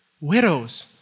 widows